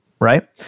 right